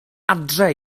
adre